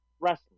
wrestling